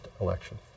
election